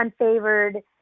unfavored